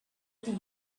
tea